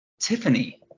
Tiffany